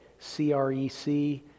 CREC